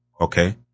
Okay